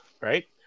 right